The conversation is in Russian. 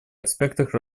аспектах